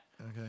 Okay